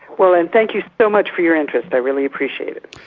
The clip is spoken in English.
well and thank you so much for your interest, i really appreciate it.